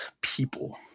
people